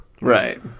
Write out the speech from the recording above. Right